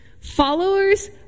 Followers